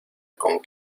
con